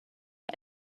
and